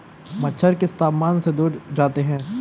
मच्छर किस तापमान से दूर जाते हैं?